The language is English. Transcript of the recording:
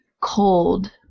cold